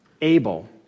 Abel